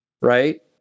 Right